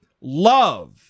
love